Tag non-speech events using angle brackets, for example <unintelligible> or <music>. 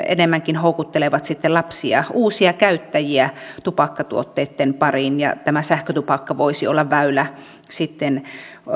<unintelligible> enemmänkin houkuttelevat sitten lapsia uusia käyttäjiä tupakkatuotteitten pariin ja tämä sähkötupakka voisi olla väylä sitten